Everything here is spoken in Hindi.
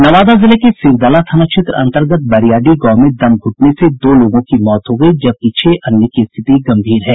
नवादा जिले के सिरदला थाना क्षेत्र अंतर्गत बैरियाडीह गांव में दम घूटने से दो लोगों की मौत हो गयी जबकि छह अन्य की स्थिति गंभीर है